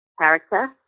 character